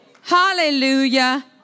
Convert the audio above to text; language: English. Hallelujah